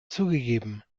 zugegeben